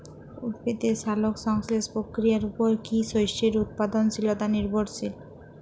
উদ্ভিদের সালোক সংশ্লেষ প্রক্রিয়ার উপর কী শস্যের উৎপাদনশীলতা নির্ভরশীল?